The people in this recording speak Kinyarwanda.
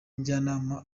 njyanama